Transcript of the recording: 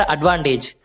Advantage